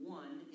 one